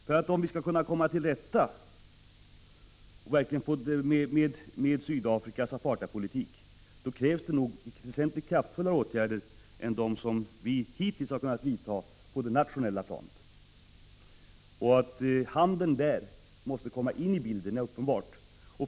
Skall Sverige kunna ge ett verksamt bidrag till ansträngningarna att komma till rätta med apartheidpolitiken i Sydafrika krävs det väsentligt kraftfullare åtgärder än dem som vi hittills vidtagit på det nationella planet. Att handeln måste komma in i bilden är uppenbart.